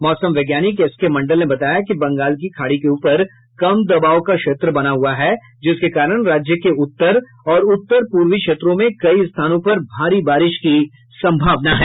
मौसम वैज्ञानिक एसके मंडल ने बताया कि बंगाल की खाड़ी के ऊपर कम दबाव का क्षेत्र बना हुआ है जिसके कारण राज्य के उत्तर और उत्तर पूर्वी क्षेत्रों में कई स्थानों पर भारी बारिश की संभावना है